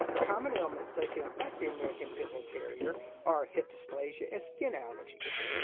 common ailments that can affect the american pit bull terrier are hip dysplasia and skin allergies.